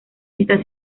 está